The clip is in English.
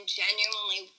genuinely